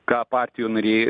ką partijų nariai